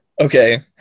okay